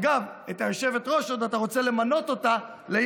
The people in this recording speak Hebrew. אגב, את היושבת-ראש אתה עוד רוצה למנות לייצג